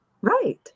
Right